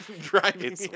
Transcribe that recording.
driving